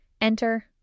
Enter